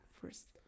first